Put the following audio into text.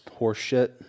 horseshit